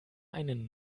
einen